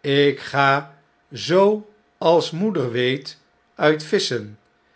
ik ga zooals moeder weet uit visschen